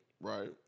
right